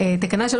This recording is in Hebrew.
תקנה 3,